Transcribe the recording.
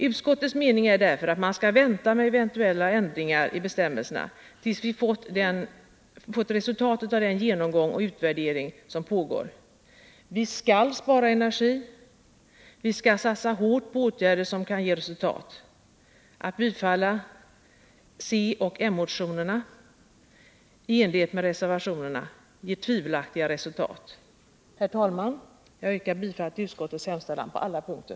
Utskottets mening är därför att man skall vänta med eventuella ändringar i bestämmelserna tills vi har fått resultatet av den genomgång och utvärdering som pågår. Vi skall spara energi, vi skall satsa hårt på åtgärder som kan ge resultat. Att bifalla centeroch moderatmotionerna i enlighet med reservationen ger tvivelaktiga resultat. Herr talman! Jag yrkar bifall till utskottets hemställan på samtliga punkter.